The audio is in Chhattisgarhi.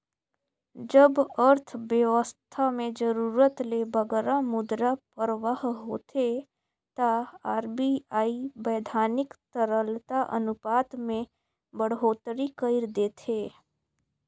जब अर्थबेवस्था में जरूरत ले बगरा मुद्रा परवाह होथे ता आर.बी.आई बैधानिक तरलता अनुपात में बड़होत्तरी कइर देथे